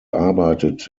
arbeitet